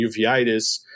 uveitis